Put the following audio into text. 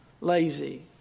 lazy